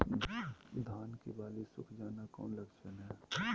धान की बाली सुख जाना कौन लक्षण हैं?